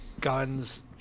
Guns